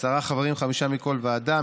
עשרה חברים, חמישה מכל ועדה.